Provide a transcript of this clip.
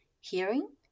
hearing